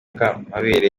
bw’amabere